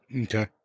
Okay